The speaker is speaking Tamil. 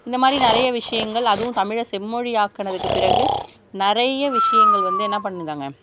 இந்த மாதிரி நிறைய விஷயங்கள் அதுவும் தமிழை செம்மொழி ஆக்கினதுக்கு பிறகு நிறைய விஷயங்கள் வந்து என்ன பண்ணுதாங்க